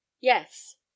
Yes